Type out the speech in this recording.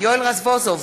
יואל רזבוזוב,